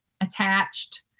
attached